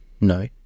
No